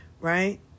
Right